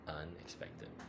unexpected